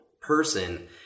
person